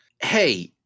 Hey